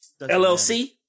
LLC